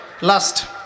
last